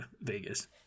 Vegas